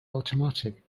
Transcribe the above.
automatic